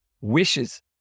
wishes